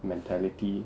mentality